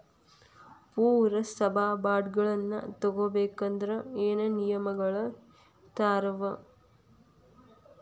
ಪುರಸಭಾ ಬಾಂಡ್ಗಳನ್ನ ತಗೊಬೇಕಂದ್ರ ಏನೇನ ನಿಯಮಗಳಿರ್ತಾವ?